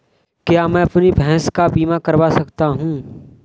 क्या मैं अपनी भैंस का बीमा करवा सकता हूँ?